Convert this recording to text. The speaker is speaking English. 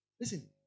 Listen